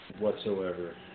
whatsoever